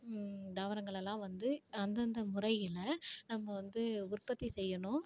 தாவரங்களெலாம் வந்து அந்தந்த முறையில் நம்ம வந்து உற்பத்தி செய்யணும்